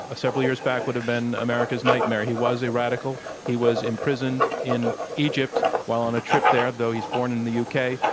ah several years back, would have been america's nightmare. he was a radical, he was imprisoned in egypt while on a trip there, though he's born in the u. k,